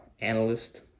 analyst